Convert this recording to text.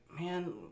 man